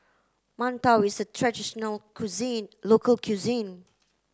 Mantou is traditional cuisine local cuisine